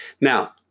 Now